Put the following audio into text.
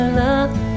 love